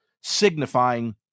signifying